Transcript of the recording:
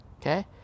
Okay